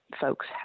folks